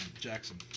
Jackson